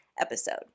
episode